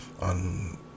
on